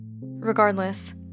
Regardless